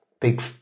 big